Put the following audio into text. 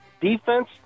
Defense